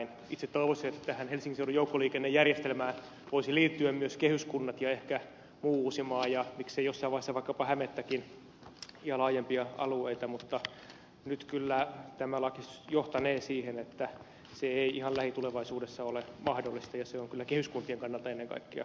itse toivoisin että tähän helsingin seudun joukkoliikennejärjestelmään voisivat liittyä myös kehyskunnat ja ehkä muu uusimaa ja miksei jossain vaiheessa vaikkapa hämettäkin ja laajempia alueita mutta nyt kyllä tämä laki johtanee siihen että se ei ihan lähitulevaisuudessa ole mahdollista ja se on kyllä ennen kaikkea kehyskuntien kannalta hankala tilanne